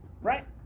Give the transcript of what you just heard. Right